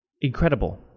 Incredible